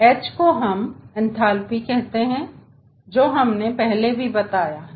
h को हम enthalpy कहते हैं जो हमने पहले भी बताया है